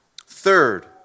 Third